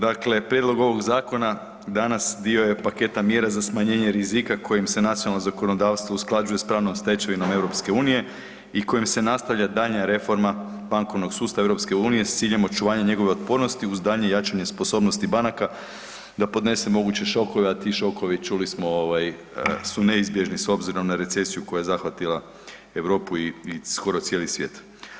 Dakle prijedlog ovog zakona danas dio je paketa mjera za smanjenje rizika kojim se nacionalno zakonodavstvo usklađuje s pravnom stečevinom EU i kojim se nastavlja daljnja reforma bankovnog sustava EU s ciljem očuvanja njegove otpornosti uz daljnje jačanje sposobnosti banaka da podnese moguće šokove, a ti šokovi, čuli smo ovaj, su neizbježni s obzirom na recesiju koja je zahvatila Europu i skoro cijeli svijet.